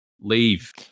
Leave